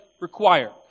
require